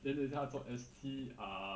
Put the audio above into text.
then 等一下他做 S_T err